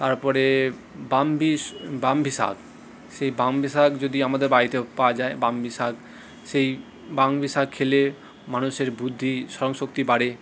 তারপরে ব্রাহ্মীস ব্রাহ্মী শাক সেই ব্রাহ্মী শাক যদি আমাদের বাড়িতেও পাওয়া যায় ব্রাহ্মী শাক সেই ব্রাহ্মী শাক খেলে মানুষের বুদ্ধি স্মরণশক্তি বাড়ে